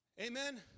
Amen